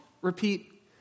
repeat